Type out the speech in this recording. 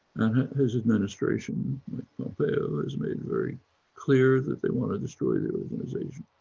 his administration there was made very clear that they want to destroy the organisation.